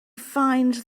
finds